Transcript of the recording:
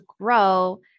grow